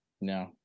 no